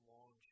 Long